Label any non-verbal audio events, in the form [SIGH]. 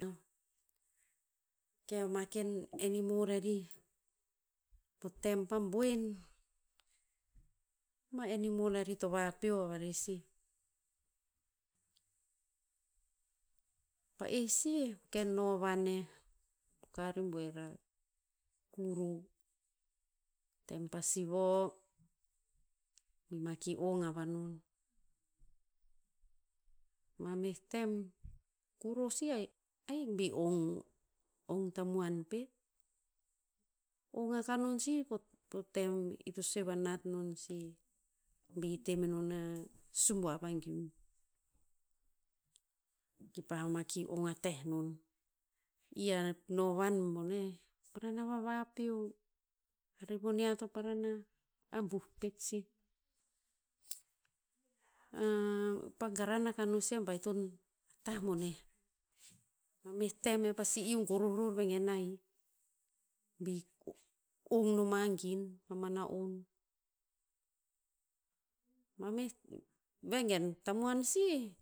Ok, ama ken enimor rarih, po tem pa boen, ma animal rarih to vapeo a varer sih. Pa'eh sih ken novan neh, poka rebuer a kuro. Tem pa sivo, bi ma ki ong a vanon. Mameh tem, kuro sih a- ahik bi ong- ong tamuan pet. Ong a kah non sih po- po tem i to sue vanat non sih. Bi te menon a subuav a giung. Ki ma ki ong ateh non. I a novan boneh, parin na vavapeo. Rivon niah to parana abuh pet sih. [HESITATION] pa garan akah non sih pa baiton a tah boneh. Mameh tem ear pasi iu goroh ror vegen ahik. Bi ong noma gin pama na'on. Mameh, vegen, tamuan sih,